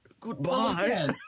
Goodbye